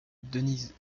denise